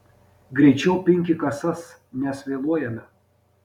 greičiau pinki kasas nes vėluojame